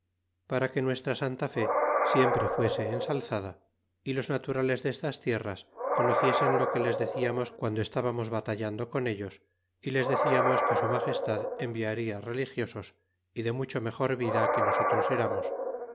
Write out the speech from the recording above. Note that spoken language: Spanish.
para que nuestra santa fé siempre fuese ensalzada y los naturales destas tierras conociesen lo que les deciamos guando estábamos batallando con ellos y les deciamos que su magestad enviaria religiosos y de mucho mejor vida que nosotros eramos